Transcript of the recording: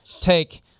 take